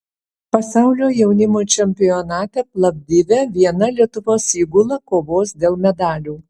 pasaulio jaunimo čempionate plovdive viena lietuvos įgula kovos dėl medalių